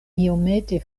iomete